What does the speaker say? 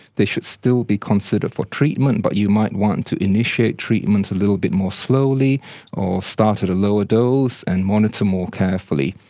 they should still be considered for treatment but you might want to initiate treatment little bit more slowly or start at a lower dose and monitor more carefully.